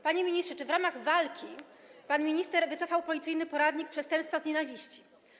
Panie ministrze, czy w ramach walki pan minister wycofał policyjny poradnik „Przestępstwa z nienawiści”